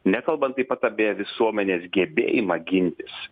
nekalbant taip pat apie visuomenės gebėjimą gintis